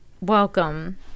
Welcome